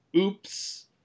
oops